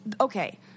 okay